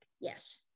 Yes